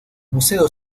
museo